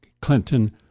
Clinton